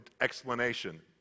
explanation